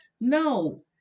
no